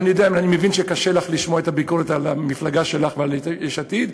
אני מבין שקשה לך לשמוע את הביקורת על ראש המפלגה שלך ועל יש עתיד,